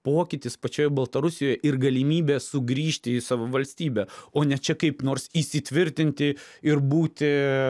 pokytis pačioje baltarusijoj ir galimybė sugrįžti į savo valstybę o ne čia kaip nors įsitvirtinti ir būti